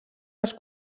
els